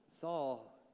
Saul